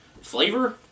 flavor